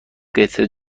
قطعه